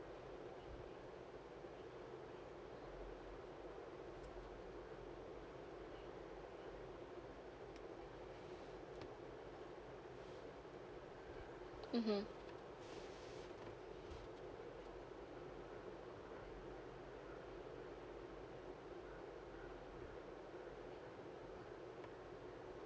mmhmm